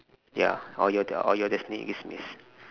ya or your d~ or you destined demise